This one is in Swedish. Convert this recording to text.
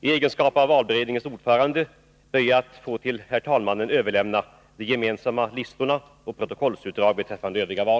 I egenskap av ordförande i valberedningen ber jag att få överlämna de gemensamma listorna och protokollsutdrag beträffande övriga val.